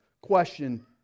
question